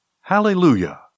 Hallelujah